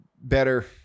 better